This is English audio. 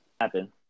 Happen